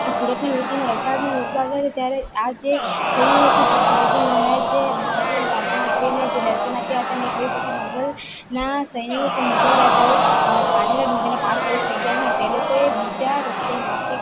સુરતને લૂંટીને વલસાડને લૂંટવા આવ્યાતા ત્યારે આજે થયું હતું જે શિવાજી મહારાજે માતાજીને પ્રાર્થના કરીને જે દર્શન આપ્યા હતા ને થયું પછી મુગલ ના સૈનિકો કે મુગલ રાજાઓ પાનેરા ડુંગરના પાર કરી શક્ય ન હતા એ લોકોએ બીજા રસ્તે નાશિક